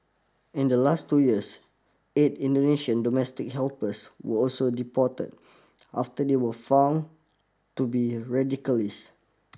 in the last two years eight Indonesian domestic helpers were also deported after they were found to be radicalists